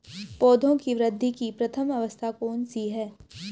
पौधों की वृद्धि की प्रथम अवस्था कौन सी है?